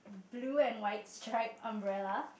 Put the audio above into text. blue and white stripe umbrella